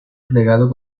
plegado